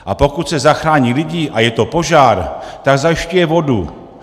A pokud se zachrání lidi a je to požár, tak zajišťuje vodu.